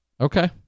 okay